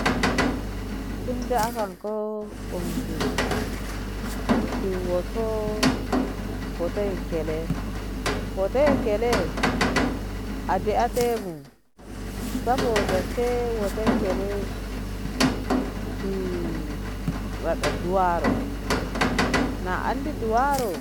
Tin da akan ko onze ki wo'oto wo'oto e kele wo'oto e kele a de'ai te bu saboda ke wo'oto kele ki raɓadduwaro na andi duwaro